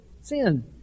sin